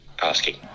asking